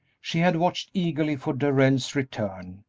she had watched eagerly for darrell's return,